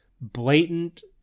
blatant